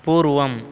पूर्वम्